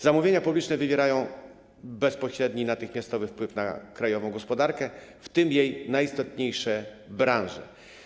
Zamówienia publiczne wywierają bezpośredni i natychmiastowy wpływ na krajową gospodarkę, w tym jej najistotniejsze branże.